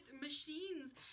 machines